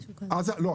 לא.